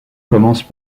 commence